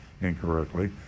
incorrectly